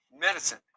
medicine